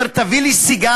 אומר: תביא לי סיגריה,